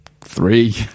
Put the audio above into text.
three